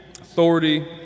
authority